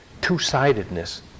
two-sidedness